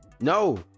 no